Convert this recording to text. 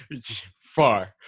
far